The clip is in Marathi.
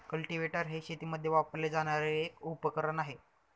कल्टीवेटर हे शेतीमध्ये वापरले जाणारे एक उपकरण आहे